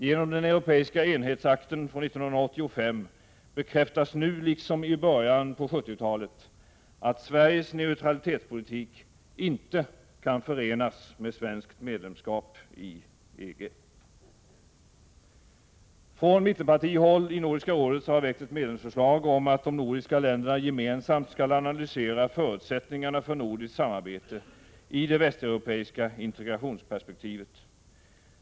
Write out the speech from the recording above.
Genom den europeiska enhetsakten 1985 bekräftas nu liksom i början på 1970-talet att Sveriges neutralitetspolitik inte kan förenas med svenskt medlemskap i EG. Från mittenpartihåll i Nordiska rådet har väckts ett medlemsförslag om att de nordiska länderna gemensamt skall analysera förutsättningarna för nordiskt samarbete i det västeuropeiska integrationsperspektivet.